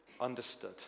understood